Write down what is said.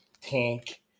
tank